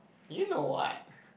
you know what